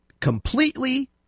completely